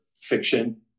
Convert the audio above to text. fiction